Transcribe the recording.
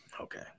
Okay